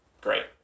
great